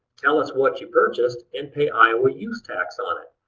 tell us what you purchased, and pay iowa use tax on it.